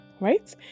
right